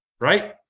right